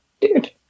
dude